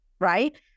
right